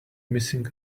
missing